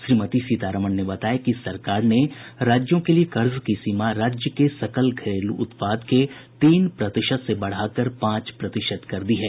श्रीमती सीतारमन ने बताया कि सरकार ने राज्यों के लिए कर्ज की सीमा राज्य के सकल घरेलू उत्पाद के तीन प्रतिशत से बढाकर पांच प्रतिशत कर दी है